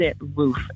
roof